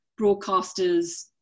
broadcasters